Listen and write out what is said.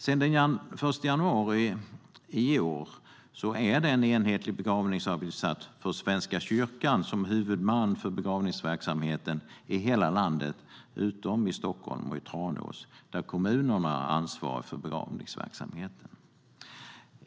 Sedan den 1 januari 2016 gäller en enhetlig begravningsavgiftssats för Svenska kyrkan, som är huvudman för begravningsverksamheten i hela landet utom i Stockholm och Tranås, där kommunerna är ansvariga för begravningsverksamheten.